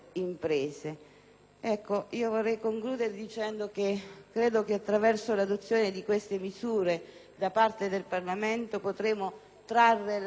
imprese. Vorrei concludere dicendo che, a mio avviso, attraverso l'adozione di queste misure da parte del Parlamento potremo trarre l'agricoltura